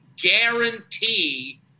guarantee